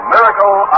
Miracle